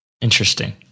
Interesting